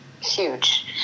huge